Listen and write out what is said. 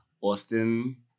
Austin